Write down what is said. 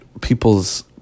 people's